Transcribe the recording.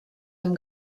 amb